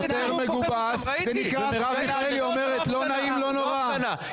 שוטר מגובס ומיכאלי אומרת לא נעים, לא נורא.